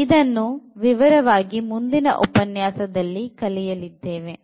ಎಂಬುದನ್ನು ವಿವರವಾಗಿ ಮುಂದಿನ ಉಪನ್ಯಾಸದಲ್ಲಿ ಕಲಿಯುತ್ತೇವೆ